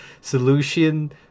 Solution